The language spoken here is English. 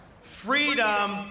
Freedom